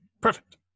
Perfect